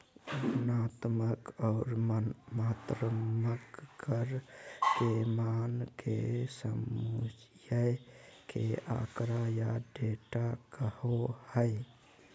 गुणात्मक और मात्रात्मक कर के मान के समुच्चय के आँकड़ा या डेटा कहो हइ